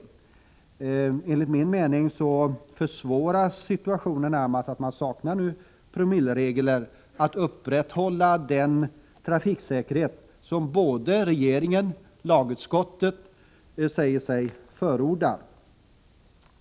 Genom att man saknar promilleregler försvåras möjligheterna att upprätthålla en trafiksäkerhet som både regering och lagutskott säger sig förorda.